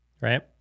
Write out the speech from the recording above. right